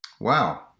Wow